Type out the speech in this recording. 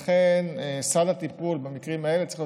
לכן סל הטיפול במקרים כאלה צריך להיות